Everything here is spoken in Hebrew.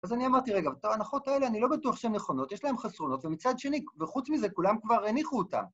אז אני אמרתי, רגע, את ההנחות האלה, אני לא בטוח שהן נכונות, יש להן חסרונות, ומצד שני, וחוץ מזה, כולם כבר הניחו אותן.